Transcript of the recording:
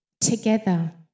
together